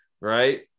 Right